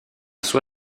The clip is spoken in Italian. sua